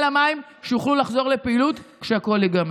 שיוכלו לחזור לפעילות כשהכול ייגמר.